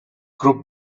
group